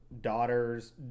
daughters